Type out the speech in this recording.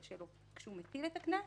הזה של הנטל שלו כשהוא מטיל את הקנס